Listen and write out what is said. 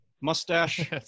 mustache